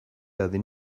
adin